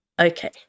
Okay